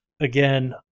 again